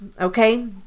okay